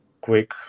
quick